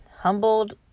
humbled